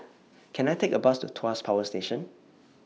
Can I Take A Bus to Tuas Power Station